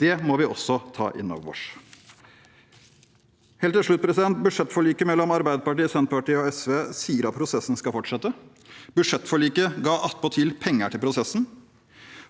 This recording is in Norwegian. Det må vi også ta inn over oss. Helt til slutt: Budsjettforliket mellom Arbeiderpartiet, Senterpartiet og SV sier at prosessen skal fortsette. Budsjettforliket ga attpåtil penger til prosessen,